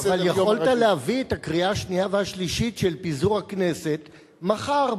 אבל יכולת להביא את הקריאה השנייה והשלישית של פיזור הכנסת מחר,